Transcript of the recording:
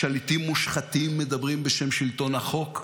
שליטים מושחתים מדברים בשם שלטון החוק,